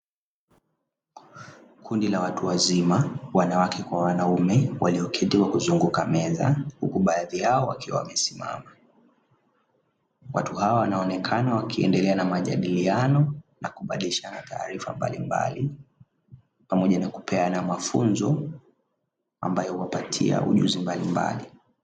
Kundi la watu wazima wanawake kwa wanaume walioketi kwa kuzunguka meza huku baadhi yao wakiwa wamesimama. Watu hawa wanaonekana wakiendelea na majadiliano na kubadilishana taarifa mbalimbali, pamoja na kupeana mafunzo ambayo huwapatia ujuzi mbalimbali.